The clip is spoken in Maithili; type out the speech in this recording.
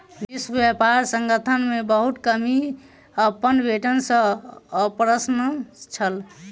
विश्व व्यापार संगठन मे बहुत कर्मी अपन वेतन सॅ अप्रसन्न छल